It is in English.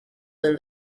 than